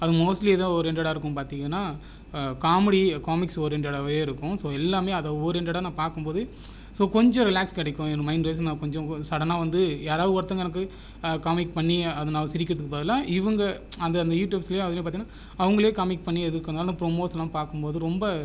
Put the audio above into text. அது மோஸ்ட்லி எது ஓரியன்டடாக இருக்கும் பார்த்தீங்கனா காமெடி காமிக்ஸ் ஓரியன்டடாகவே இருக்கும் ஸோ எல்லாமே அது ஓரியன்டடாக நான் பார்க்கும் போது ஸோ கொஞ்சம் ரிலாக்ஸ் கிடைக்கும் என் மைண்டு வைஸ் நான் கொஞ்சம் சடனாக வந்து யார் ஒருத்தவங்க எனக்கு காமிக் பண்ணி அது நான் சிரிக்கிறதுக்குப் பதிலாக இவங்க அந்தந்த யூடுயூப்ஸ்லேயே அதுலேயே பார்த்தீங்கனா அவங்களே காமிக் பண்ணி எது பண்ணுனாலும் ப்ரோமோட்லாக பார்க்கும் போது ரொம்ப